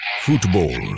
football